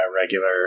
regular